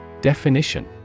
Definition